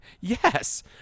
Yes